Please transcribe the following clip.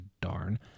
darn